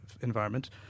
environment